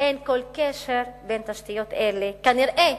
אין כל קשר בין תשתיות אלה, כנראה,